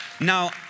now